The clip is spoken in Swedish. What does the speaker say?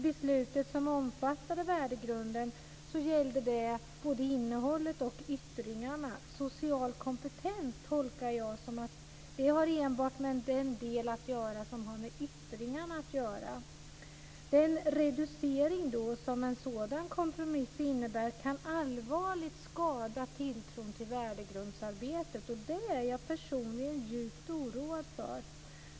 Beslutet, som omfattade värdegrunden, gällde både innehållet och yttringarna. Social kompetens tolkar jag som att det enbart har med yttringarna att göra. Den reducering som en sådan kompromiss innebär kan allvarligt skada tilltron till värdegrundsarbetet. Det är jag personligen djupt oroad för.